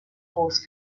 force